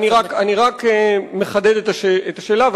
אני רק מחדד את השאלה.